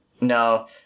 No